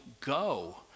go